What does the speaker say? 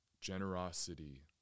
generosity